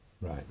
Right